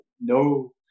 no